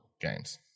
games